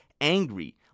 angry